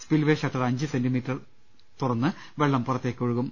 spillway shutter അഞ്ച് centimetre തുറന്ന് വെള്ളം പുറത്തേക്കൊഴുകും